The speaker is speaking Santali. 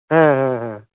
ᱦᱮᱸ ᱦᱮᱸ ᱦᱮᱸ